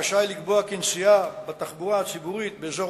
רשאי לקבוע כי נסיעה בתחבורה הציבורית באזור